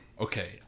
okay